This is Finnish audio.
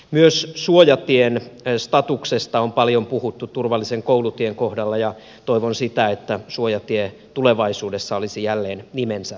myös suojatien statuksesta on paljon puhuttu turvallisen koulutien kohdalla ja toivon että suojatie tulevaisuudessa olisi jälleen nimensä mukainen